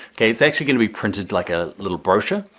okay? it's actually gonna be printed like a little brochure,